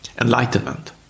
Enlightenment